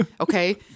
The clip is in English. okay